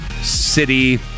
city